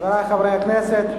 חברי חברי הכנסת,